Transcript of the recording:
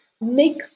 make